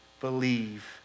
believe